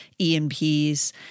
EMPS